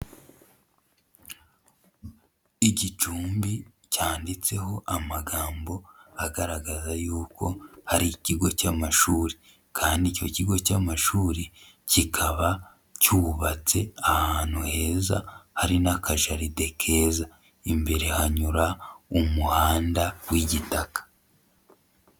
Igicumbi cyanditseho amagambo agaragaza yuko hari ikigo cy'amashuri kandi icyo kigo cy'amashuri kikaba cyubatse ahantu heza hari n'akajaride keza, imbere hanyura umuhanda w'igitaka.